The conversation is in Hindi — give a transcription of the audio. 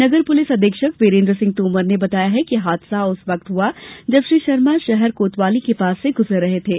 नगर पुलिस अधीक्षक वीरेन्द्र सिंह तोमर ने बताया कि हादसा उस वक्त हुआ जब श्री शर्मा शहर कोतवाली के पास से गुजर रहे थे